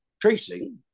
tracing